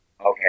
okay